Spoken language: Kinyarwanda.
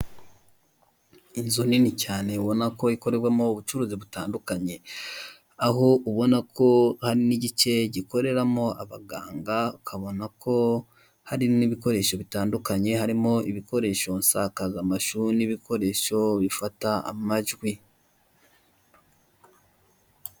Inzu nini cyane ubona ko ikorerwamo ubucururizi butandukanye aho ubona ko hari n'igice gikoreramo abaganga, ukabona ko hari n'ibikoresho bitandukanye harimo ibikoresho nsakazamashu n'ibikoresho bifata amajwi.